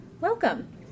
Welcome